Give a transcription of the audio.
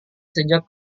sejak